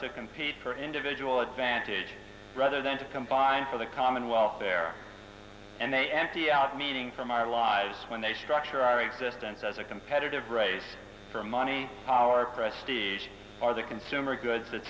to compete for individual advantages rather than to combine for the common welfare and they empty out meaning from our lives when they structure our existence as a competitive race for money power prestige and are the consumer goods that